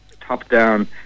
top-down